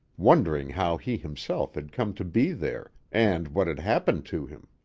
wondering how he himself had come to be there, and what had happened to him.